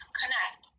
connect